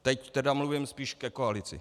Teď tedy mluvím spíš ke koalici.